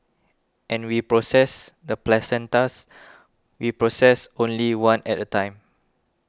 and we process the placentas we process only one at a time